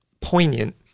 poignant